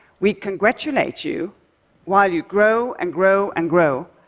we congratulate you while you grow and grow and grow,